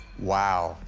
wow.